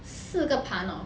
四个盘 of